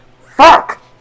Fuck